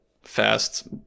fast